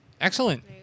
Excellent